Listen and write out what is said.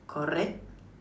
correct